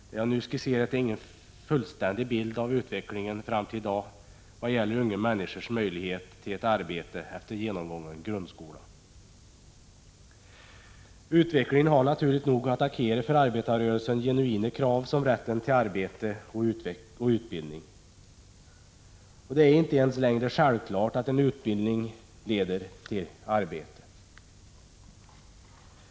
Det jag nu har skisserat är ingen fullständig bild av utvecklingen fram till i dag vad gäller unga människors möjlighet att få ett arbete efter genomgången grundskola. Utvecklingen har naturligt nog attackerat för arbetarrörelsen genuina krav såsom rätten till arbete och utbildning. Det är inte ens längre självklart att en utbildning leder till arbete.